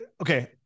okay